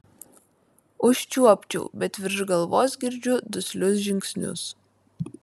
užčiuopčiau bet virš galvos girdžiu duslius žingsnius